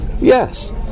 Yes